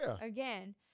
again